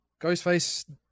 Ghostface